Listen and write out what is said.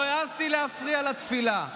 לא העזתי להפריע לתפילה,